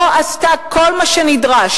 לא עשתה כל מה שנדרש,